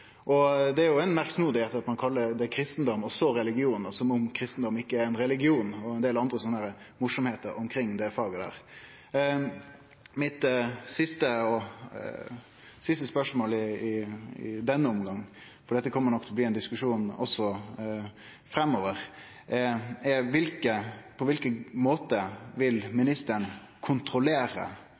Det er jo merksnodig at ein kallar det kristendom, og så religion, som om kristendom ikkje er ein religion – og det er ein del andre morsomheiter omkring det faget. Mitt siste spørsmål i denne omgangen – dette kjem nok til å bli ein diskusjon framover – er: På kva måte vil ministeren kontrollere